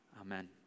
amen